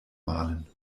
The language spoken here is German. malen